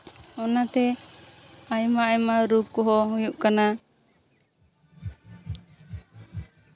ᱚᱱᱟᱛᱮ ᱟᱭᱢᱟᱼᱟᱭᱢᱟ ᱨᱳᱜᱽ ᱠᱚᱦᱚᱸ ᱦᱩᱭᱩᱜ ᱠᱟᱱᱟ